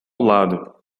lado